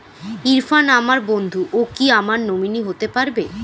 ইরফান আমার বন্ধু ও কি আমার নমিনি হতে পারবে?